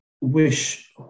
wish